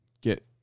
get